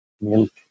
milk